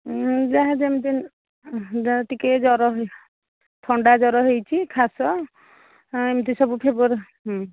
ଯାହା ଯେମିତି ଯାହା ଟିକିଏ ଜ୍ଵର ଥଣ୍ଡା ଜ୍ଵର ହୋଇଛି କାଶ ଆଉ ଏମିତି ସବୁ ଫିଭର୍